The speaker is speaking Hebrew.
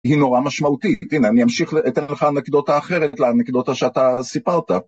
‫היא נורא משמעותית. הנה, אני אמשיך ‫לתת לך אנקדוטה אחרת לאנקדוטה שאתה סיפרת.